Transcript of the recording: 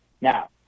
now